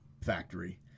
factory